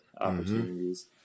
opportunities